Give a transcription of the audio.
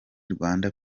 rwanda